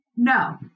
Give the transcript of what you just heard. No